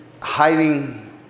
hiding